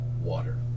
water